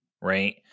right